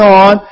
on